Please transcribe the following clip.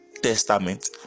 Testament